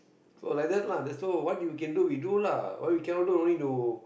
so like that lah that's so what you can do we do lah what we cannot do don't need to